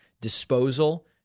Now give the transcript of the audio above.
disposal